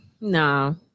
No